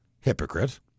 Hypocrite